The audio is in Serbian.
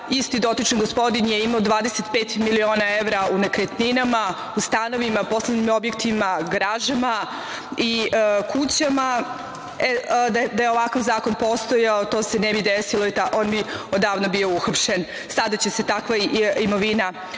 isti dotični gospodin je imao 25 miliona evra u nekretninama, u stanovima, poslovnim objektima, garažama i kućama, a da je ovakav zakon postojao to se ne bi desilo i on bi odavno bio uhapšen. Sada će se takva imovina